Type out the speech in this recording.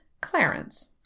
Clarence